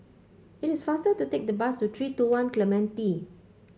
it is faster to take the bus to three two One Clementi